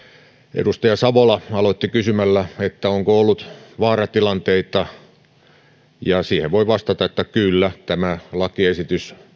edustaja savola aloitti kysymällä onko ollut vaaratilanteita siihen voin vastata että kyllä tämä lakiesitys